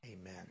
Amen